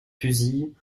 fusils